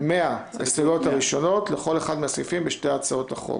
ההסתייגויות הראשונות לכל אחד מהסעיפים בשתי הצעות החוק.